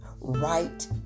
right